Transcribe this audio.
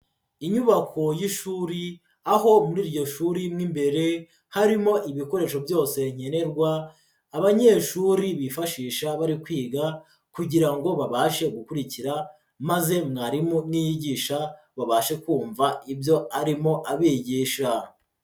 Inyubako y'ishuri, aho muri iryo shuri mo imbere, harimo ibikoresho byose nkenerwa, abanyeshuri bifashisha bari kwiga kugira ngo babashe gukurikira maze mwarimu niyigisha, babashe kumva ibyo arimo abigisha.